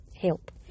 help